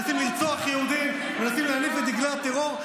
מנסים לרצוח יהודים ומנסים להניף את דגלי הטרור.